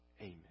Amen